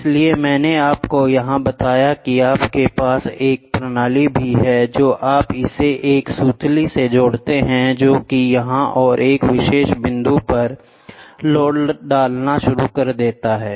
इसलिए मैंने आपको यहां बताया कि आपके पास एक प्रणाली भी है तो आप इसे एक सुतली से जोड़ते हैं जो कि यहां और एक विशेष बिंदु पर लोड डालना शुरू कर देता है